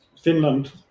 Finland